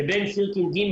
סירקין ג',